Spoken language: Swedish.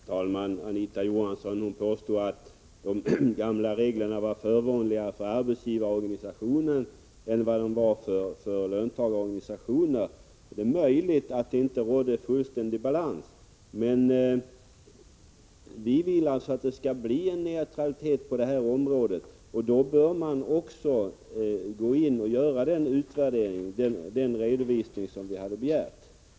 Herr talman! Anita Johansson påstod att de gamla reglerna var förmånligare för arbetsgivarorganisationerna än för löntagarorganisationerna. Det är möjligt att det inte rådde fullständig balans, men vi vill att det skall bli en neutralitet på detta område, och då bör man gå in och göra den utvärdering och redovisning som riksdagen har begärt.